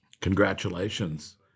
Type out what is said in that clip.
congratulations